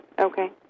Okay